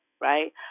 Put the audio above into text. right